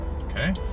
okay